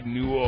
New